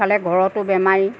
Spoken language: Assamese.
ইফালে ঘৰতো বেমাৰী